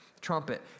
trumpet